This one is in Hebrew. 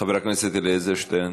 חבר הכנסת אלעזר שטרן,